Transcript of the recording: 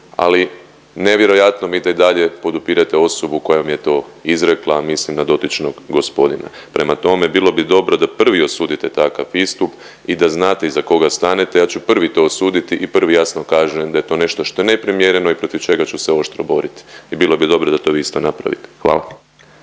ali nevjerojatno mi je da i dalje podupirete osobu koja vam je to izrekla, a mislim na dotičnog gospodina. Prema tome, bilo bi dobro da prvi osudite takav istup i da znate iza koga stanete, ja ću prvi to osuditi i prvi jasno kažem da je to nešto što je neprimjereno i protiv čega ću se oštro boriti i bilo bi dobro da to vi isto napravite. Hvala.